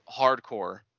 hardcore